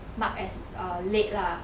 marked as err late lah